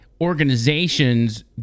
organizations